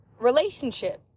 relationship